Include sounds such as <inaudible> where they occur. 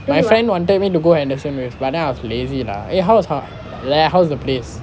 my friend wanted me to go henderson wave but then I was lazy lah eh how was <noise> how was the place